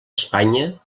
espanya